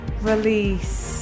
Release